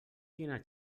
quina